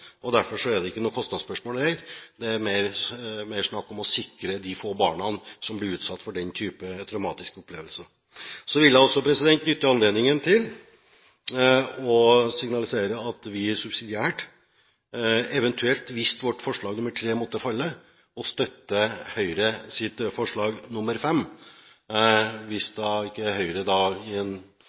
Derfor er det ikke noe kostnadsspørsmål, heller – det er mer snakk om å sikre de få barna som blir utsatt for denne typen traumatiske opplevelser. Så vil jeg benytte anledningen til å signalisere at hvis vårt forslag nr. 3 faller, vil vi subsidiært støtte Høyres forslag nr. 5, hvis Høyre ikke